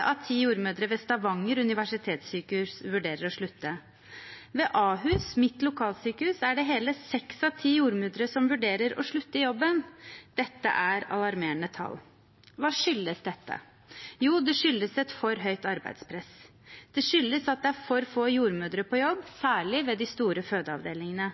av ti jordmødre ved Stavanger universitetssykehus vurderer å slutte. Ved Ahus, mitt lokalsykehus, er det hele seks av ti jordmødre som vurderer å slutte i jobben. Dette er alarmerende tall. Hva skyldes dette? Jo, det skyldes et for høyt arbeidspress. Det skyldes at det er for få jordmødre på jobb, særlig ved de store fødeavdelingene.